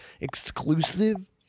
exclusive